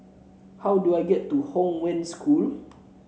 how do I get to Hong Wen School